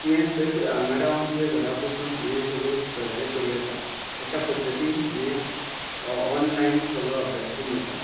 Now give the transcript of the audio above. तुंवें थंयच हांगां रावन तुज्या घरा बसून हे सगळ्यो गजाली करूं येता अश्या पद्दतीन हें ऑनलायन सगळो अभ्यासक्रम जाता